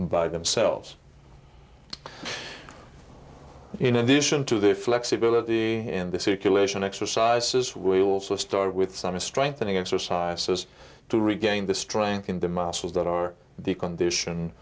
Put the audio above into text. by themselves in addition to the flexibility in the circulation exercises will also start with some strengthening exercises to regain the strengthen the muscles that are the condition